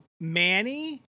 Manny